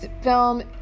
film